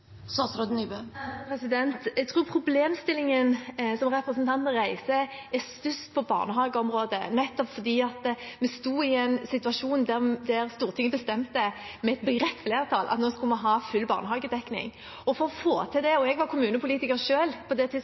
Jeg tror problemstillingen som representanten reiser, er størst på barnehageområdet, fordi vi sto i en situasjon der Stortinget bestemte – med et bredt flertall – at vi skulle ha full barnehagedekning. Jeg var kommunepolitiker selv på det tidspunktet, og for å få til det måtte vi mobilisere alle gode krefter som ønsket å bidra. Det